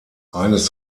eines